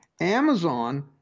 Amazon